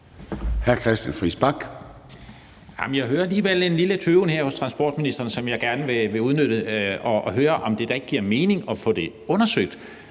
jeg hører alligevel en lille tøven her hos transportministeren, som jeg gerne vil udnytte i forhold til at høre, om det da ikke giver mening at få undersøgt,